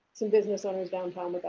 some business owners downtown,